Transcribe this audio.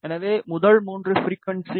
எனவே முதல் ஒன்று ஃபிரிக்குவன்ஸி